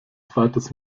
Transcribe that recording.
zweites